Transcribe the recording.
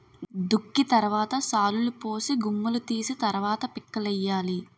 దుక్కి తరవాత శాలులుపోసి గుమ్ములూ తీసి తరవాత పిక్కలేయ్యాలి